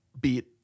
Beat